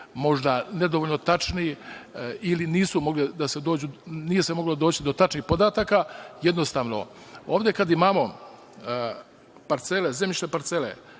možda nedovoljno tačni ili se nije moglo doći do tačnih podataka, jednostavno, ovde kad imamo parcele, zemljišne parcele,